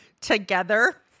together